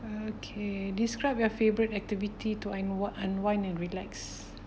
okay describe your favourite activity to unwi~ unwind and relax